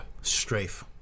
Strafe